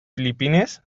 filipines